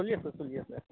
চলি আছে চলি আছে